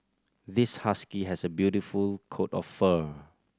this husky has a beautiful coat of fur